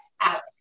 Alex